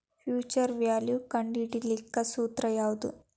Future value ಕಂಢಿಡಿಲಿಕ್ಕೆ ಸೂತ್ರ ಯಾವ್ದು?